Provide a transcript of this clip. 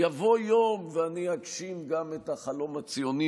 יבוא יום ואני אגשים גם את החלום הציוני